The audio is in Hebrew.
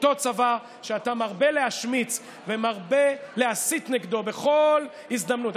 אותו צבא שאתה מרבה להשמיץ ומרבה להסית נגדו בכל הזדמנות,